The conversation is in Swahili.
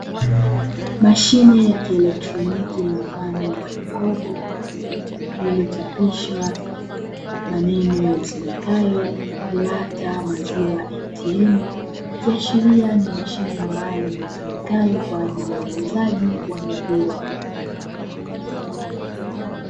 Mashine ya kielektroniki mfano wa jokofu iliyochapishwa maneno yasomekayo "Glata maziwa ATM" ikiashiria ni mashine maalumu itumikayo kwa ajili ya uuzaji wa maziwa.